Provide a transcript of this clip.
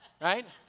right